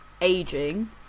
aging